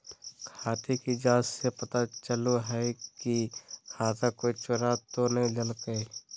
खाते की जाँच से पता चलो हइ की खाता कोई चोरा तो नय लेलकय